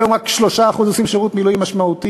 היום רק 3% עושים שירות מילואים משמעותי.